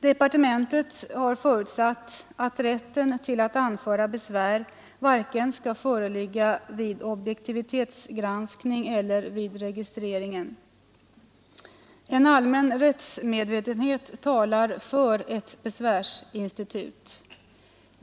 Departementet har förutsatt att rätt att anföra besvär inte skall föreligga vare sig vid objektivitetsgranskningen eller vid registreringen. En allmän rättsmedvetenhet talar för ett besvärsinstitut.